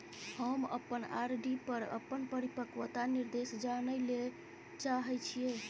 हम अपन आर.डी पर अपन परिपक्वता निर्देश जानय ले चाहय छियै